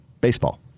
Baseball